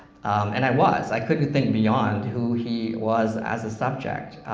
and i was. i couldn't think beyond who he was as a subject,